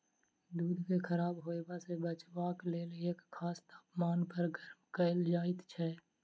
दूध के खराब होयबा सॅ बचयबाक लेल एक खास तापमान पर गर्म कयल जाइत छै